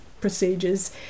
procedures